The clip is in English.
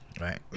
right